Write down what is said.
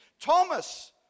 Thomas